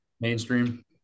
mainstream